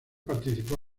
participó